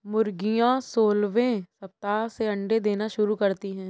मुर्गियां सोलहवें सप्ताह से अंडे देना शुरू करती है